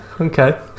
okay